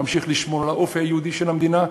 נמשיך לשמור על האופי היהודי של המדינה,